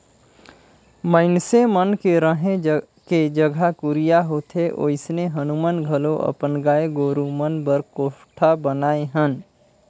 मइनसे मन के रहें के जघा कुरिया होथे ओइसने हमुमन घलो अपन गाय गोरु मन बर कोठा बनाये हन